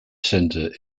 centre